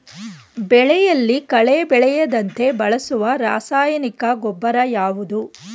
ಬೆಳೆಯಲ್ಲಿ ಕಳೆ ಬೆಳೆಯದಂತೆ ಬಳಸುವ ರಾಸಾಯನಿಕ ಗೊಬ್ಬರ ಯಾವುದು?